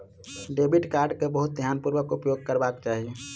debit card के बहुत ध्यानपूर्वक उपयोग करबाक चाही